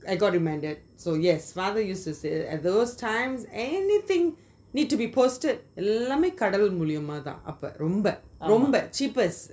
I got reminded so yes father used to say that at those times anything to be posted எல்லாமே கடல் மூளியம தான் அப்போ ரொம்ப ரொம்ப:ellamey kadal muliyama thaan apo romba romba cheapest